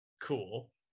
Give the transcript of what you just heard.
Cool